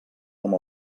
amb